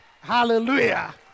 Hallelujah